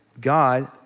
God